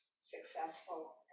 successful